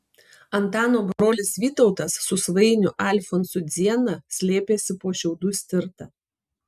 antano brolis vytautas su svainiu alfonsu dziena slėpėsi po šiaudų stirta